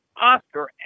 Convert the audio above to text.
Oscar